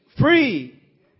free